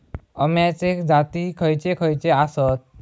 अम्याचे जाती खयचे खयचे आसत?